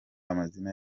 amazina